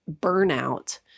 Burnout